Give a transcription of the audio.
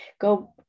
go